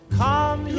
come